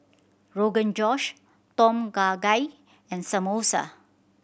Rogan Josh Tom Kha Gai and Samosa